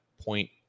point